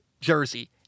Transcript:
jersey